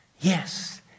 Yes